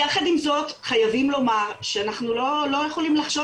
יחד עם זאת חייבים לומר שאנחנו לא יכולים לחשוב